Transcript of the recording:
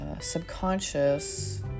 subconscious